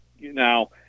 now